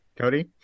cody